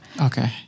Okay